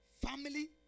Family